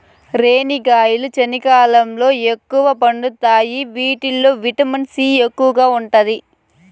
రేణిగాయాలు చలికాలంలో ఎక్కువగా పండుతాయి వీటిల్లో విటమిన్ సి ఎక్కువగా ఉంటాది